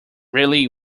really